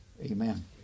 amen